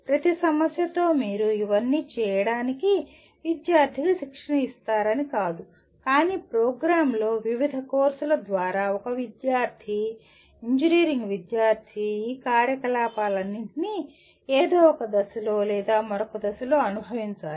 ప్రతి సమస్యతో మీరు ఇవన్నీ చేయడానికి విద్యార్థికి శిక్షణ ఇస్తారని కాదు కానీ ప్రోగ్రామ్లో వివిధ కోర్సుల ద్వారా ఒక విద్యార్థి ఇంజనీరింగ్ విద్యార్థి ఈ కార్యకలాపాలన్నింటినీ ఏదో ఒక దశలో లేదా మరొక దశలో అనుభవించాలి